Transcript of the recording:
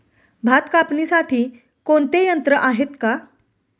भात कापणीसाठी कोणते यंत्र आहेत का?